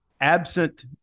absent